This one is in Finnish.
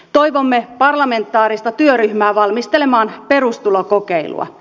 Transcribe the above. toivomme parlamentaarista työryhmää valmistelemaan perustulokokeilua